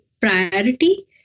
priority